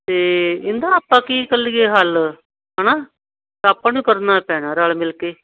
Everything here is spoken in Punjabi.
ਅਤੇ ਇਹਦਾਂ ਆਪਾਂ ਕੀ ਕਰੀਏ ਹੱਲ ਹੈ ਨਾ ਆਪਾਂ ਨੂੰ ਕਰਨਾ ਪੈਣਾ ਰਲ ਮਿਲ ਕੇ